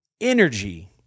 energy